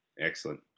Excellent